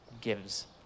gives